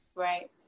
Right